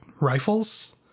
rifles